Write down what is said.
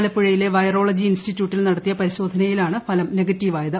ആലപ്പുഴയിലെ വൈറോളജി ഇൻസിറ്റിറ്റ്യൂട്ടിൽ നടത്തിയ പരിശോധനയിലാണ് ഫലം നെഗറ്റീവായത്